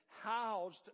housed